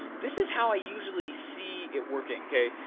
this is how i usually see it working, okay?